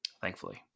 thankfully